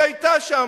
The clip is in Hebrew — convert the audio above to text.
היא היתה שם.